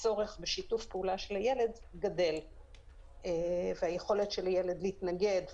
הצורך בשיתוף פעולה של הילד גדל וגדלה היכולת של ילד להתנגד,